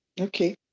Okay